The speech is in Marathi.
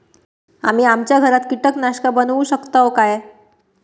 आम्ही आमच्या घरात कीटकनाशका बनवू शकताव काय?